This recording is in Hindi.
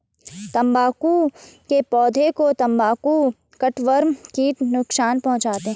तंबाकू के पौधे को तंबाकू कटवर्म कीट नुकसान पहुंचाते हैं